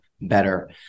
better